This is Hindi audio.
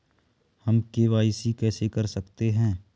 हम के.वाई.सी कैसे कर सकते हैं?